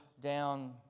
down